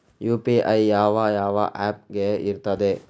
UPI ಯಾವ ಯಾವ app ಗೆ ಇರ್ತದೆ?